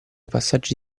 passaggi